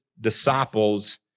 disciples